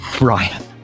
Ryan